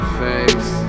face